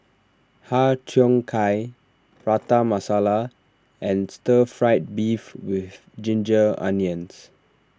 Har Cheong Gai Prata Masala and Stir Fried Beef with Ginger Onions